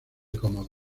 como